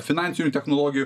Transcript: finansinių technologijų